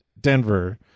Denver